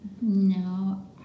No